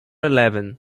eleven